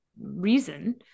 reason